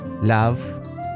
Love